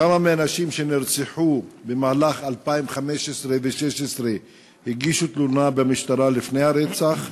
3. כמה מהאנשים שנרצחו במהלך 2015 ו-2016 הגישו תלונה במשטרה לפני הרצח?